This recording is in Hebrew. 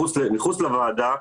מחוץ לוועדה,